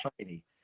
tiny